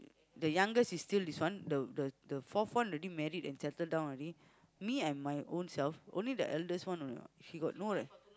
the youngest is still this one the the the fourth one already married and settle down already me I'm my own self only the eldest one or not she got no